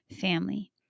family